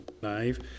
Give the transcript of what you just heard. live